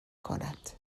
کند